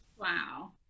Wow